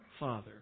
Father